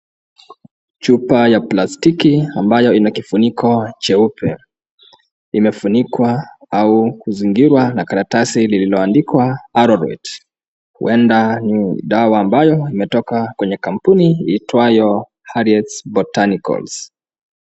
Chupa ya plastiki ambayo ina kifuniko cheupe imefunikwa au kuzingirwa na karatasi lililoandikwa Arorwet huenda ni dawa ambayo imetoka kwenye kampuni iitwayo Harriet's Botanicals.